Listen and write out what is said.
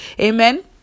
Amen